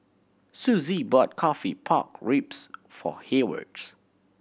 Sussie bought coffee pork ribs for Heyward